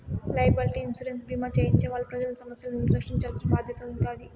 liability insurance భీమా చేయించే వాళ్ళు ప్రజలను సమస్యల నుండి రక్షించాల్సిన బాధ్యత ఉంటాది